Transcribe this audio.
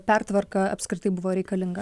pertvarka apskritai buvo reikalinga